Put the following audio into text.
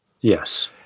Yes